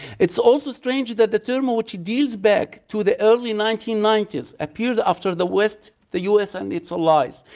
it's also strange that the term which deals back to the early nineteen ninety s appeared after the west, the us and its allies,